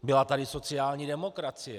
Byla tady sociální demokracie.